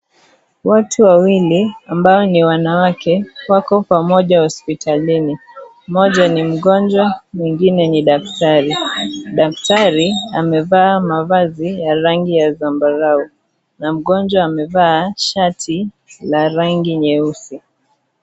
Watu wawili ambao ni wanawake wako pamoja hospitalini, mmoja ni mgonjwa na mwingine ni daktari. Daktari amevaa mavazi ya rangi ya zambarau na mgonjwa ameva shati la rangi nyeusi.